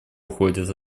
уходит